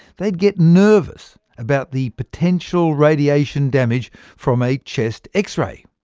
they would get nervous about the potential radiation damage from a chest x-ray.